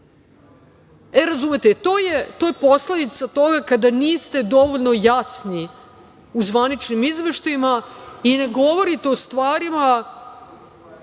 Razumete, to je posledica toga kada niste dovoljno jasni u zvaničnim izveštajima i ne govorite o stvarima